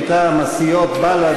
מטעם הסיעות בל"ד,